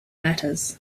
matters